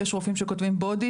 ויש רופאים שכותבים Body,